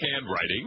handwriting